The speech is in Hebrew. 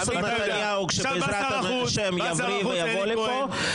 את נתניהו כשהוא בעזרת ה' יבריא ויבוא לפה,